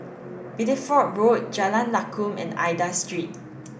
Bideford Road Jalan Lakum and Aida Street